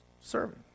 serving